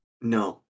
No